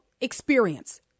experience